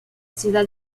ciudad